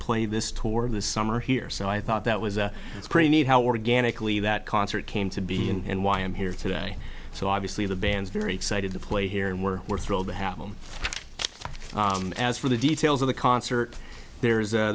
play this tour this summer here so i thought that was a pretty neat how organically that concert came to be and why i'm here today so obviously the band's very excited to play here and we're we're thrilled to have them as for the details of the concert there